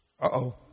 Uh-oh